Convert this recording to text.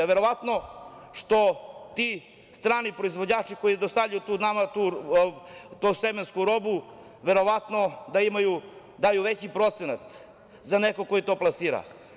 Verovatno što ti strani proizvođači koji dostavljaju nama tu semensku robu verovatno da daju veći procenat za nekog ko to plasira.